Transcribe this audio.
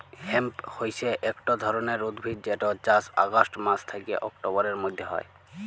hemp হইসে একট ধরণের উদ্ভিদ যেটর চাস অগাস্ট মাস থ্যাকে অক্টোবরের মধ্য হয়